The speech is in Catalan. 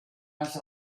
les